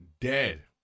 dead